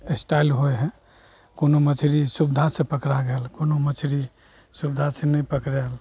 style होइ हइ कोनो मछरी सुविधासे पकड़ा गेल कोनो मछरी सुविधासे नहि पकड़ाएल